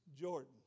Jordan